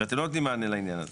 ואתם לא נותנים מענה לעניין הזה.